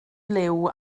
liw